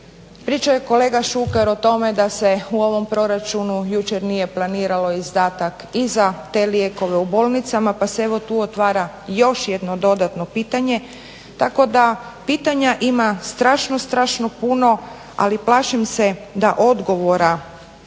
Pričao je kolega Šuker o tome da se u ovom proračunu jučer nije planiralo izdatak i za te lijekove u bolnicama, pa se evo tu otvara još jedno dodatno pitanje. Tako da pitanja ima strašno, strašno puno ali plašim se da odgovora